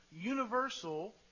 universal